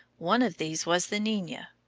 one of these was the nina.